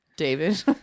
David